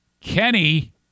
Kenny